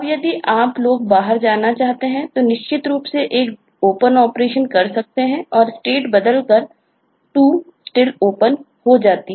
अब यदि आप लोग बाहर जाना चाहते हैं तो निश्चित रूप से एक Open ऑपरेशन कर सकते हैं और स्टेट बदल कर 2 Still Open हो जाती हैं